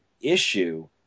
issue